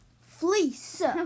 Fleece